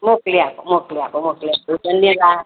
મોકલી આપો મોકલી આપો મોકલી આપજો ધન્યવાદ